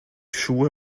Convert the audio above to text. schuhe